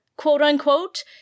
quote-unquote